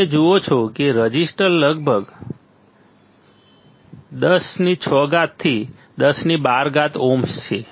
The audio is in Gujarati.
તમે જુઓ છો કે રેઝિસ્ટર લગભગ 106 થી 1012 ઓહ્મ છે